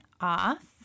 off